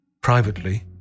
privately